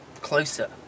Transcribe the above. closer